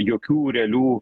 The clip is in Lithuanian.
jokių realių